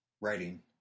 Writing